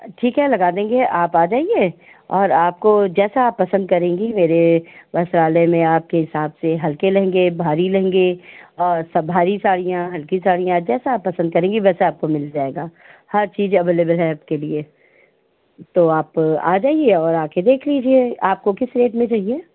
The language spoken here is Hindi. ठीक है लगा देंगे आप आ जाइए और आपको जैसा आप पसंद करेंगी मेरे वस्त्रालय आपके हिसाब से हल्के लहंगे भारी लहंगे और सब भारी साड़ियाँ हल्की साड़ियाँ जैसा आप पसंद करेंगी वैसा आपको मिल जाएगा हर चीज अवलेबल है आपके लिए तो आप आ जाइए और आ के देख लीजिए आपको किस रेट में चाहिए